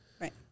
Right